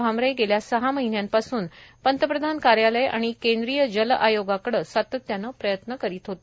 भामरे गेल्या सहा महिन्यांपासून पंतप्रधान कार्यालय आणि केंद्रीय जल आयोगाकडे सातत्याने प्रयत्न करीत होते